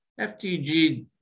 FTG